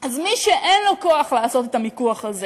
אז מי שאין לו כוח לעשות את המיקוח הזה,